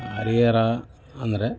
ಹರಿಹರ ಅಂದರೆ